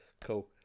Cool